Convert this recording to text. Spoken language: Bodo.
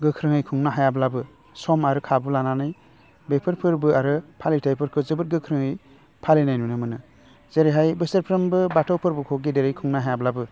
गोख्रोङै खुंनो हायाब्लाबो सम आरो खाबु लानानै बेफोर फोरबो आरो फालिथाइफोरखौ जोबोद गोख्रोङै फालिनाय नुनो मोनो जेरैहाय बोसोरफ्रोमबो बाथौ फोरबोखौ गेदेरै खुंनो हायाब्लाबो